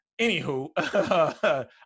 anywho